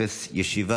חברי